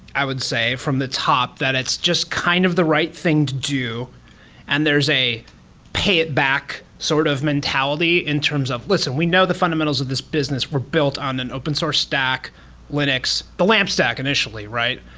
i would say, from the top, that it's just kind of the right thing to do and there is a pay it back sort of mentality in terms of, listen. we know the fundamentals of this business were built on an open source stack linux, the lamp stack, initially, right?